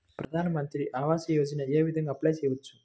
ప్రధాన మంత్రి ఆవాసయోజనకి ఏ విధంగా అప్లే చెయ్యవచ్చు?